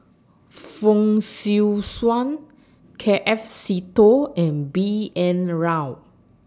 Fong Swee Suan K F Seetoh and B N Rao